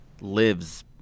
lives